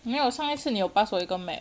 没有上一次你有 pass 我一个 map